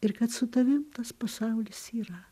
ir kad su tavim tas pasaulis yra